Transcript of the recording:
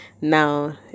Now